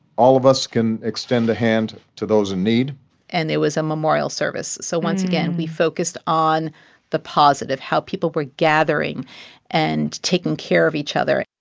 all of us can extend a hand to those in need and there was a memorial service. so once again, we focused on the positive, how people were gathering and taking care of each other